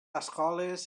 escoles